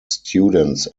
students